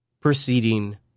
proceeding